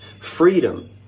freedom